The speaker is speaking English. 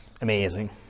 Amazing